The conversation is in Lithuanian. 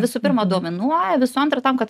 visų pirma dominuoja visų antra tam kad